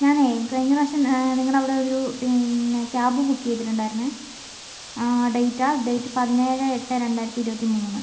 ഞാനേ കഴിഞ്ഞ പ്രാവശ്യം നിങ്ങളുടെ അവിടെ ഒരു പിന്നെ കേബ് ബുക്ക് ചെയ്തിട്ടുണ്ടായിരുന്നു ഡേറ്റാ ഡേറ്റ് പതിനേഴ് എട്ട് രണ്ടായിരത്തി ഇരുപത്തി മൂന്ന്